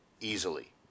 easily